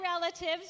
relatives